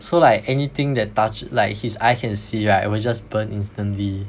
so like anything that touch like his eye can see right will just burn instantly